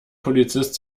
polizist